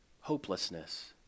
hopelessness